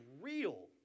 real